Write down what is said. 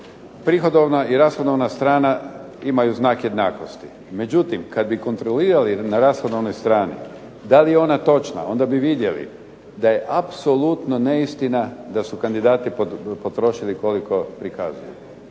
Prihodovna i rashodovna strana imaju znak jednakosti, međutim kad bi kontrolirali na rashodovnoj strani da li je ona točna onda bi vidjeli da je apsolutno neistina da su kandidati potrošili koliko prikazuje.